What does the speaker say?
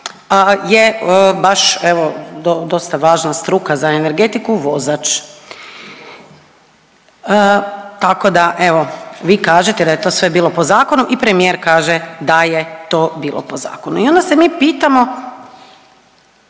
je baš evo, dosta važna struka za energetiku, vozač. Tako da evo, vi kažete da je to sve bilo po zakonu i premijer kaže da je to bilo po zakonu i onda se mi pitamo